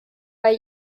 bei